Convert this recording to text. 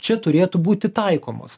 čia turėtų būti taikomos